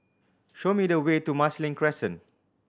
show me the way to Marsiling Crescent